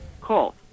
Call